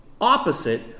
opposite